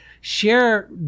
share